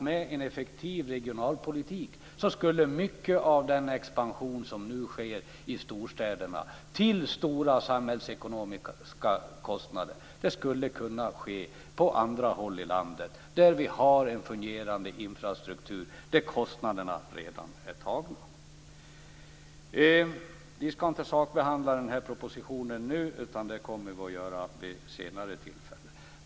Med en effektiv regionalpolitik skulle naturligtvis mycket av den expansion som nu sker i storstäderna, till stora samhällsekonomiska kostnader, kunna ske på andra håll i landet, där vi har en fungerande infrastruktur, där kostnaderna redan är tagna. Vi ska inte sakbehandla den här propositionen nu. Det kommer vi att göra vid ett senare tillfälle.